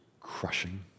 crushing